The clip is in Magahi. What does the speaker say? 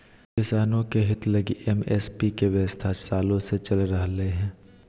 किसानों के हित लगी एम.एस.पी के व्यवस्था सालों से चल रह लय हें